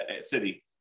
city